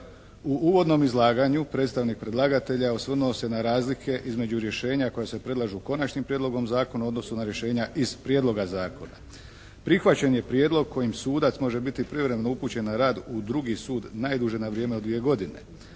U uvodnom izlaganju predstavnik predlagatelja osvrnuo se na razlike između rješenja koja se predlažu konačnim prijedlogom zakona u odnosu na rješenja iz prijedloga zakona. Prihvaćen je prijedlog kojim sudac može biti privremeno upućen na rad u drugi sud najduže na vrijeme od dvije godine.